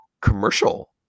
commercial